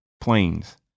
planes